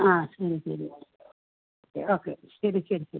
ആ ശരി ശരി ഓക്കെ ശരി ശരി ശരി